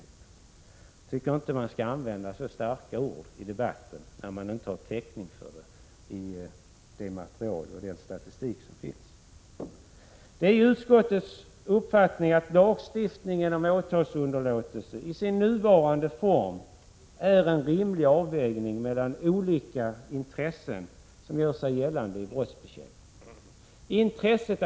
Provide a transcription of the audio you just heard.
Jag tycker inte att man skall använda så starka ord i debatten, när man inte har täckning för dem i den statistik som finns. Det är utskottets uppfattning att lagstiftningen om åtalsunderlåtelse i sin nuvarande form är en rimlig avvägning mellan olika intressen, som gör sig gällande vid brottsbekämpningen.